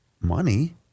money